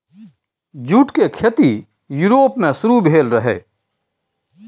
jute केर खेती Europe मे शुरु भेल रहइ